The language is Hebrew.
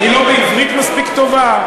היא לא בעברית מספיק טובה?